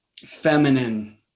feminine